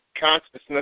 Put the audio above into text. consciousness